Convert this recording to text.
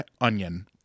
Onion